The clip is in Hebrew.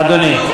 אדוני?